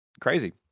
Crazy